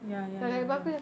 ya ya ya ya